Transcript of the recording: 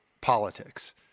politics